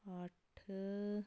ਅੱਠ